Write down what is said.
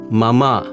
mama